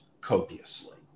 copiously